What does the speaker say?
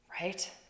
right